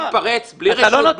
מתפרץ בלי רשות,